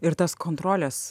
ir tas kontrolės